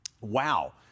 Wow